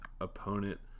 opponent